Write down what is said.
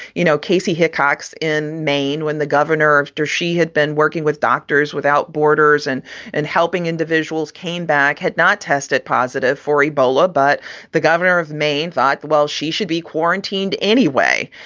you know, casey hickox in maine when the governor, after she had been working with doctors without borders and and helping individuals came back, had not tested positive for ebola. but the governor of maine thought, well, she should be quarantined anyway.